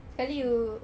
sekali you